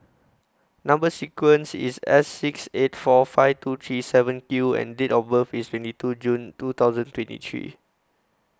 Number sequence IS S six eight four five two three seven Q and Date of birth IS twenty two June two thousand twenty three